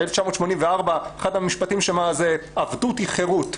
1984, שאחד המשפטים שם זה עבדות היא חירות,